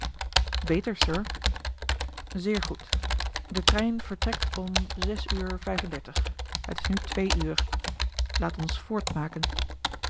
sir zeer goed de trein vertrekt om zes uur vijf-en-dertig het is nu twee uur laat ons voortmaken